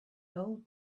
old